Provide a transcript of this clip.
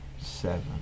Seven